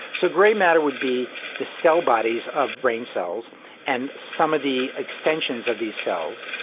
so grey matter would be the cell bodies of brain cells and some of the extensions of these cells,